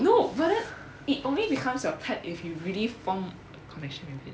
no but then it only becomes your pet if you really form a connection with it